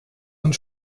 und